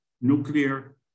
nuclear